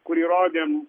kurį rodėm